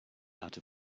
out